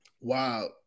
wow